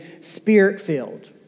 spirit-filled